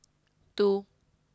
two